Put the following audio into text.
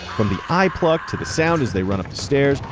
from the eye pluck, to the sound as they run up the stairs,